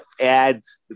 adds